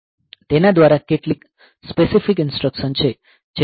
તેના દ્વારા કેટલીક સ્પેસિફિક ઇન્સટ્રકશન છે